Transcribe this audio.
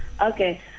Okay